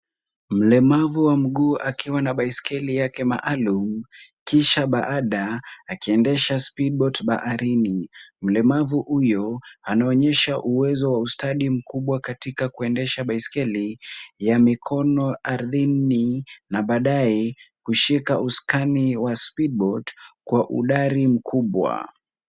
Mlemavu wa mguu akiwa na baiskeli yake maalum kisha baada akiendesha [c]speedboat [c] baharini. Mlemavu huyo anaonyesha uwezo wa ustadi mkubwa katika kuendesha baiskeli ya mikono ardhini na baadae kushika usukani wa [c]speedboat[c] kwa uhodari mkubwa.